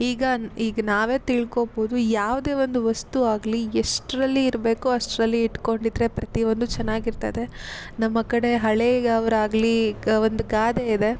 ಈಗ ಈಗ ನಾವೇ ತಿಳ್ಕೋಬೋದು ಯಾವುದೇ ಒಂದು ವಸ್ತು ಆಗಲಿ ಎಷ್ಟರಲ್ಲಿ ಇರಬೇಕು ಅಷ್ಟರಲ್ಲಿ ಇಟ್ಟುಕೊಂಡಿದ್ರೆ ಪ್ರತಿಯೊಂದು ಚೆನ್ನಾಗಿರ್ತದೆ ನಮ್ಮ ಕಡೆ ಹಳೆಯವರಾಗ್ಲಿ ಒಂದು ಗಾದೆ ಇದೆ